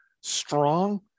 strong